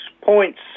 points